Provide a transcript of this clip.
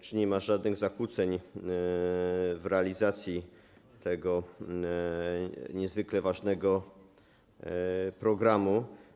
Czy nie ma żadnych zakłóceń w realizacji tego niezwykle ważnego programu?